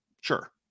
sure